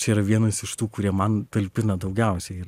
čia yra vienas iš tų kurie man talpina daugiausiai ir